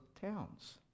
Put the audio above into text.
towns